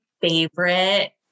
favorite